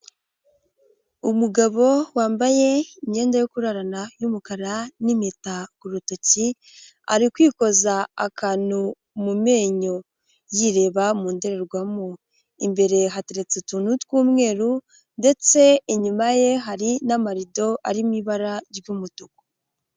Umugabo wambaye imyenda yo kurarana y'umukara n'impeta ku rutoki ari kwikoza akantu mu menyo y'ireba mu ndorerwamo, imbere hateretse utuntu tw'umweru ndetse inyuma ye hari n'amarido arimo ibara ry'umutuku.